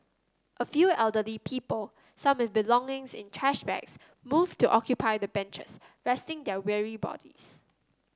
a few elderly people some with belongings in trash bags moved to occupy the benches resting their weary bodies